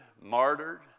martyred